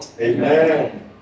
Amen